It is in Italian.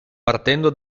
partendo